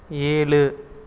ஏழு